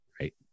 right